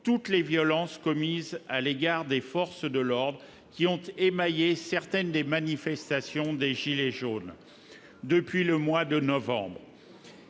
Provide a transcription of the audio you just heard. toutes les violences à l'égard des forces de l'ordre qui ont émaillé certaines des manifestations des « gilets jaunes » depuis le mois de novembre.